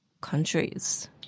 countries